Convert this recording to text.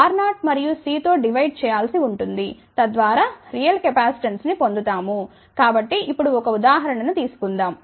R0 మరియు c తో divide చేయాల్సి ఉంటుంది తద్వారా రియల్ కెపాసిటన్సు ని పొందుతాము కాబట్టి ఇప్పుడు ఒక ఉదాహరణ తీసుకుందాం